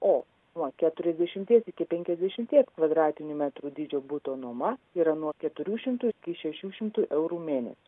o nuo keturiasdešimties iki penkiasdešimties kvadratinių metrų dydžio buto nuoma yra nuo keturių šimtų iki šešių šimtų eurų mėnesiui